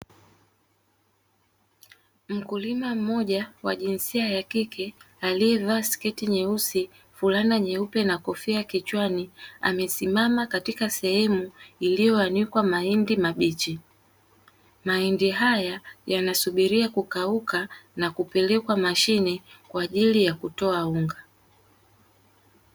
Mkulima mmoja wa jinsia ya kike aliyevaa sketi nyeusi fulana nyeupe na kofua kichani, amesimama katika sehemu iliyo anikwa mahindi mabichi. Mahindi haya yanasubiria kukauka na kupelekwa mashine kwa ajili ya kutoa unga.